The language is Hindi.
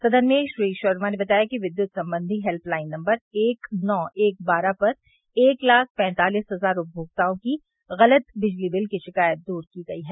सदन में श्री शर्मा ने बताया कि विद्युत संबंधी हेल्य लाइन नम्बर एक नौ एक बारह पर एक लाख पैंतालीस हजार उपभोक्ताओं की गलत बिजली बिल की शिकायत दूर की गई है